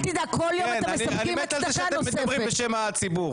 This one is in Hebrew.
אל תדאג כל יום אתם מספקים הצדקה נוספת,